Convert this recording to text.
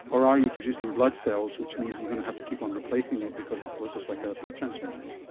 or are you producing blood cells which means you're going to have to keep on replacing it because it's like just like a blood transfusion?